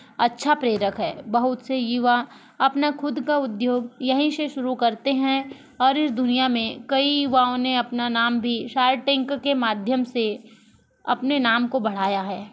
अच्छा प्रेरक है बहुत से युवा अपना खुद का उद्योग यहीं से शुरू करते हैं और इस दुनिया में कई युवाओं ने अपना नाम भी शार्क टैंक के माध्यम से अपने नाम को बढ़ाया है